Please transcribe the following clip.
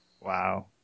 Wow